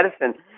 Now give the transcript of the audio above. medicine